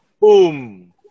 Boom